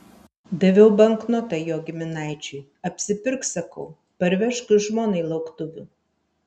daviau banknotą jo giminaičiui apsipirk sakau parvežk žmonai lauktuvių